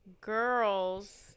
girls